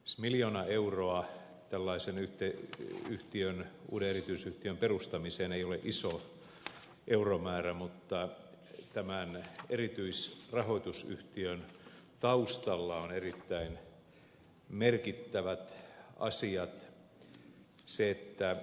siis miljoona euroa tällaisen uuden erityisrahoitusyhtiön perustamiseen ei ole iso euromäärä mutta tämän erityisrahoitusyhtiön taustalla on erittäin merkittävät asiat